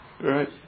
Right